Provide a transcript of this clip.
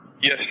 Yes